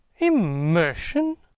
immersion!